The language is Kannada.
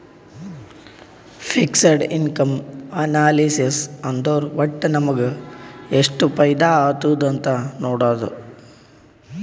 ಫಿಕ್ಸಡ್ ಇನ್ಕಮ್ ಅನಾಲಿಸಿಸ್ ಅಂದುರ್ ವಟ್ಟ್ ನಮುಗ ಎಷ್ಟ ಫೈದಾ ಆತ್ತುದ್ ಅಂತ್ ನೊಡಾದು